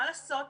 מה לעשות?